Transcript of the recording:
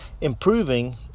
improving